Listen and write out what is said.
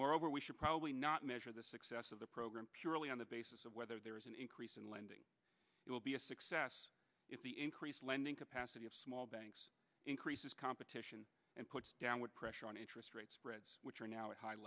moreover we should probably not measure the success of the program purely on the basis of whether there is an increase in lending it will be a success if the increased lending capacity of small banks increases competition and puts downward pressure on interest rates spreads which are now at high